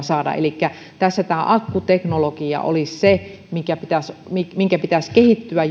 saada elikkä tässä akkuteknologia olisi se minkä pitäisi kehittyä